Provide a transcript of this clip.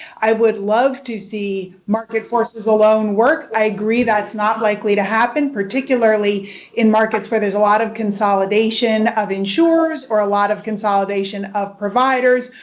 i would love to see market forces alone work. i agree that's not likely to happen, particularly in markets where there's a lot of consolidation of insurers, or a lot of consolidation of providers,